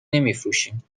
نمیفروشیم